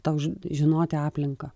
tau žinoti aplinką